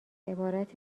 عبارت